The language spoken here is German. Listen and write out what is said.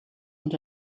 und